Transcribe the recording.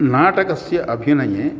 नाटकस्य अभिनये